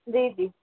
जी जी